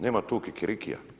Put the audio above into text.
Nema tu kikirikija.